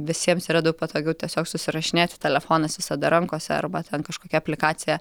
visiems yra daug patogiau tiesiog susirašinėti telefonas visada rankose arba ten kažkokia aplikacija